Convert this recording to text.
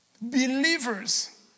Believers